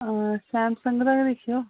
आं सैमसंग दा गै दिक्खेओ